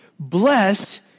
Bless